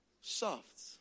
Soft